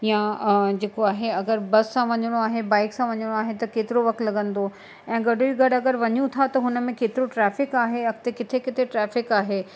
या जेको आहे अगरि बस सां वञिणो आहे बाइक सां वञिणो आहे त केतिरो वक़्तु लॻंदो ऐं गॾ ई गॾ अगरि वञूं था त हुन में केतिरो ट्रैफ़िक आहे अॻिते किथे किथे ट्रैफ़िक आहे